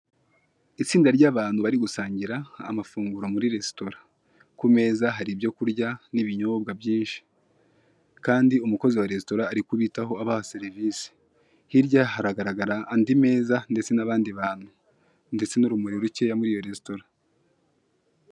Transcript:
Itsinda ry'abantu bari gusangira amafunguro muri resitora, ku meza hari ibyo kurya n'ibinyobwa byinshi kandi umukozi wa resitora ari kubitaho abaha serivise. Hirya haragaragara andi meza ndetse n'abandi bantu ndetse n'urumuri rukeya muri iyo resitora.